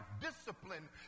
Discipline